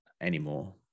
anymore